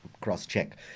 cross-check